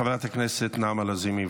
חברת הכנסת נעמה לזימי,